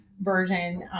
version